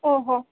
ओ हो